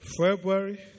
February